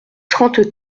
trente